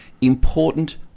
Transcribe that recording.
important